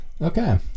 okay